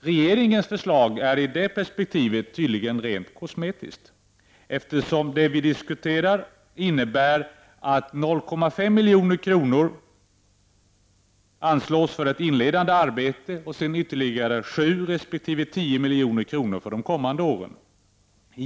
Regeringens förslag i det perspektivet är tydligen rent kosmetiskt. Det vi diskuterar innebär att 0,5 milj.kr. anslås för ett inledande arbete och sedan ytterligare 7 resp. 10 milj.kr. för de kommande åren.